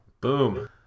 Boom